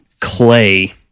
clay